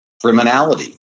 criminality